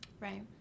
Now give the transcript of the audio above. Right